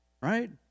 right